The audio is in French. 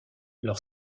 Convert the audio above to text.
leur